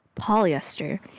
polyester